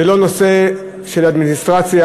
זה לא נושא של אדמיניסטרציה,